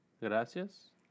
Gracias